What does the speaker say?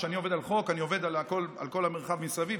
כשאני עובד על חוק, אני עובד על כל המרחב מסביב.